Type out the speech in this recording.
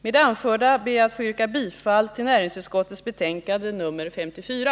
Med det anförda ber jag att få yrka bifall till näringsutskottets hemställan i betänkandet nr 54.